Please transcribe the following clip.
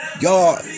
Y'all